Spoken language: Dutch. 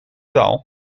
taal